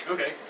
Okay